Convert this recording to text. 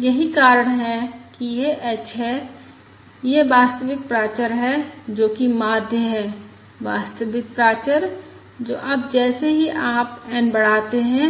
यही कारण है कि यह h है यह वास्तविक प्राचर है जो कि माध्य है वास्तविक प्राचर जो अब जैसे ही आप n बढ़ाते हैं